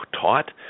taught